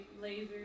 lasers